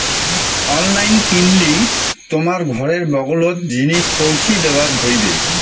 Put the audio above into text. online কিনলি তোমার ঘরের বগলোত জিনিস পৌঁছি দ্যাওয়া হইবে